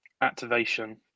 activation